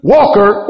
Walker